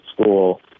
school